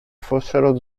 fossero